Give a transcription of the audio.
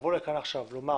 לבוא לכאן עכשיו ולומר